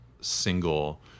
single